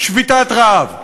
שביתת רעב,